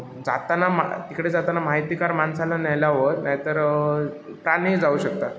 जाताना मा तिकडे जाताना माहीतगार माणसाला न्यायला हवं नाही तर प्राणही जाऊ शकतात